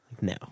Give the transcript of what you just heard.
no